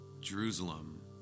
Jerusalem